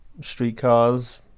Streetcars